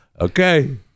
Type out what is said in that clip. Okay